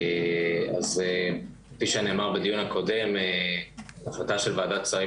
אז כפי שנאמר בדיון הקודם ההחלטה של ועדת השרים